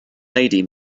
lady